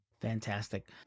Fantastic